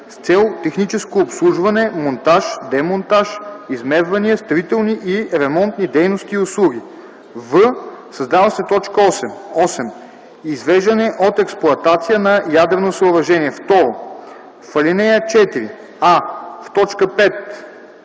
извеждане от експлоатация на ядрено съоръжение.”